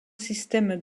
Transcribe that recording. systèmes